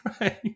right